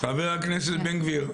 חבר הכנסת בן גביר,